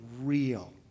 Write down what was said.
real